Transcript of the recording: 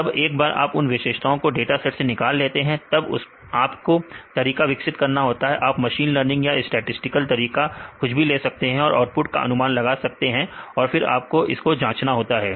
तो जब एक बार आप जब विशेषताओं को डाटा सेट से निकाल लेते हैं तब आपको तरीका विकसित करना होता है आप मशीन लर्निंग या स्टैटिसटिकल तरीका कुछ भी ले सकते हैं और आउटपुट का अनुमान लगा सकते हैं और फिर आपको इसे जाँचना होगा